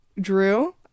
Drew